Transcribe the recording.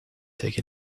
take